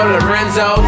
Lorenzo